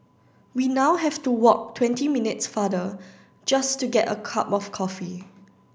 we now have to walk twenty minutes farther just to get a cup of coffee